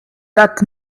that